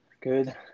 good